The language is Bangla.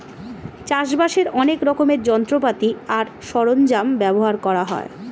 চাষবাসের অনেক রকমের যন্ত্রপাতি আর সরঞ্জাম ব্যবহার করা হয়